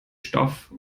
stoff